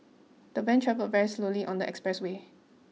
the van travelled very slowly on the expressway